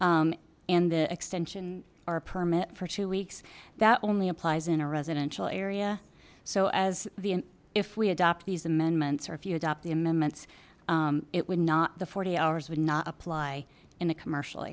and the extension or a permit for two weeks that only applies in a residential area so as the if we adopt these amendments or if you adopt the amendments it would not the forty hours would not apply in a commercial